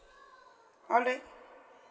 all right